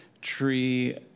tree